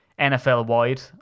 NFL-wide